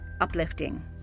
uplifting